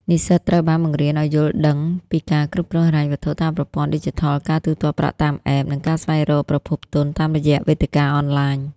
និស្សិតត្រូវបានបង្រៀនឱ្យយល់ដឹងពីការគ្រប់គ្រងហិរញ្ញវត្ថុតាមប្រព័ន្ធឌីជីថល ការទូទាត់ប្រាក់តាម App និងការស្វែងរកប្រភពទុនតាមរយៈវេទិកាអនឡាញ។